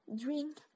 drink